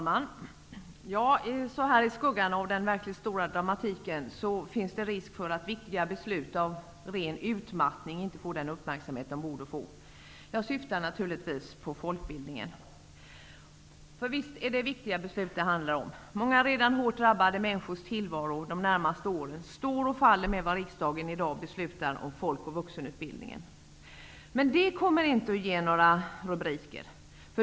Herr talman! Så här i skuggan av den verkligt stora dramatiken finns det risk för att viktiga beslut av ren utmattning inte får den uppmärksamhet de borde få. Jag syftar naturligtvis på folkbildningen. Visst handlar det om viktiga beslut. Många redan hårt drabbade människors tillvaro under de närmaste åren står och faller med vad riksdagen i dag beslutar om när det gäller folk och vuxenutbildningen. Men det kommer inte att ge några rubriker.